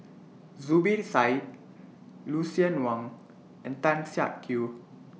Zubir Said Lucien Wang and Tan Siak Kew